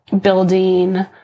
building